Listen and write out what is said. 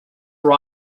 are